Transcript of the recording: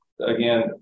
again